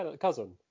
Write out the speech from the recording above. cousin